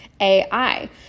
AI